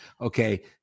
Okay